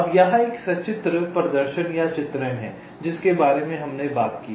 अब यहाँ एक सचित्र प्रदर्शन या चित्रण है जिसके बारे में हमने बात की है